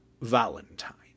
valentine